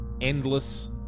endless